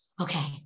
okay